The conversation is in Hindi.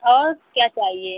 और क्या चाहिए